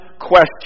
question